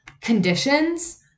conditions